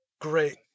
Great